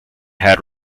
had